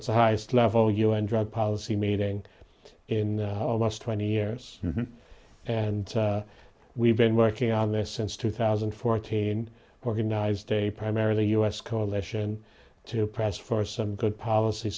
it's the highest level u n drug policy meeting in almost twenty years and we've been working on this since two thousand and fourteen organized a primarily u s coalition to press for some good policy